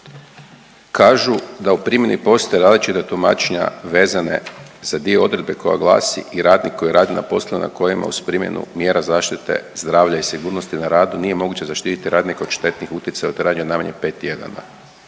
kažu da u primjeni postoje različita tumačenja vezane za dio odredbe koja glasi i radnik koji radi na poslovima na kojima uz primjenu mjera zaštite zdravlja i sigurnosti na radu nije moguće zaštititi radnika od štetnih utjecaja u trajanju najmanje pet